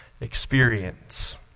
experience